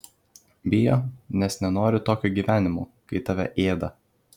bijo nes nenori tokio gyvenimo kai tave ėda